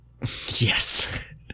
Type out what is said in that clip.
Yes